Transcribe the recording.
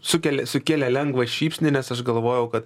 sukelia sukėlė lengvą šypsnį nes aš galvojau kad